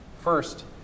First